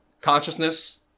Consciousness